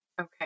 Okay